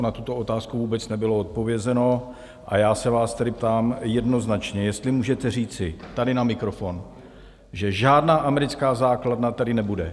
Na tuto otázku vůbec nebylo odpovězeno, a já se vás tedy ptám jednoznačně, jestli můžete říci tady na mikrofon, že žádná americká základna tady nebude.